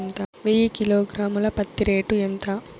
వెయ్యి కిలోగ్రాము ల పత్తి రేటు ఎంత?